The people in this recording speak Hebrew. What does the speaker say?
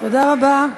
תודה לך.